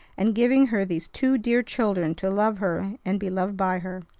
and giving her these two dear children to love her and be loved by her.